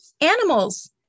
animals